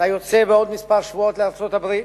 אתה יוצא בעוד כמה שבועות לארצות-הברית,